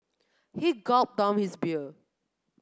he gulped down his beer